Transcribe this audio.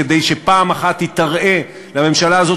כדי שפעם אחת היא תראה לממשלה הזאת